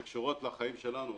שקשורות לחיים שלנו,